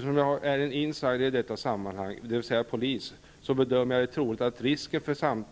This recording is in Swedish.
Som insider i dessa sammanhang, dvs. polis, bedömer jag att risken för